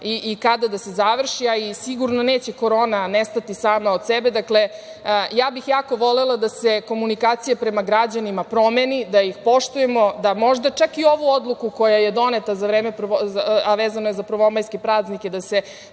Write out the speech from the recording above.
i kada da se završi, a sigurno i da neće Korona nestati sama od sebe, ja bih jako volela da se komunikacija prema građanima promeni, da ih poštujemo, da možda čak i ovu odluku koja je doneta a vezana je za prvomajske praznike, da se